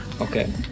Okay